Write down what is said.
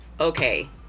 okay